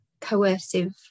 coercive